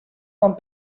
con